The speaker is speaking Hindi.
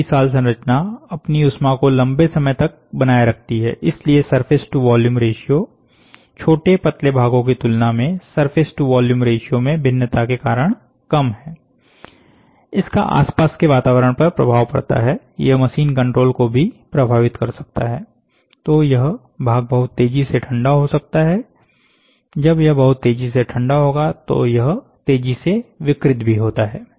बड़ी विशाल संरचना अपनी उष्मा को लंबे समय तक बनाए रखती है इसलिए सरफेस टु वॉल्यूम रेश्यो छोटे पतले भागों की तुलना में सरफेस टु वॉल्यूम रेश्यो में भिन्नता के कारण कम है इसका आसपास के वातावरण पर प्रभाव पड़ता है यह मशीन कंट्रोल को भी प्रभावित कर सकता हैतो यह भाग बहुत तेजी से ठंडा हो सकता है जब यह बहुत तेजी से ठंडा होता है तो यह तेजी से विकृत भी होता है